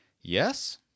yes